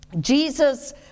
Jesus